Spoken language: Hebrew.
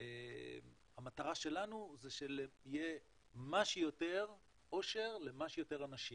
המטרה שלנו זה שיהיה מה שיותר עושר לכמה שיותר אנשים.